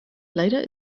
leider